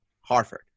Harford